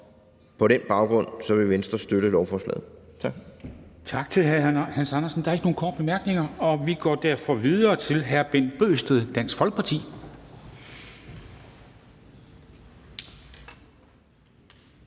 På den baggrund vil Venstre støtte lovforslaget. Tak.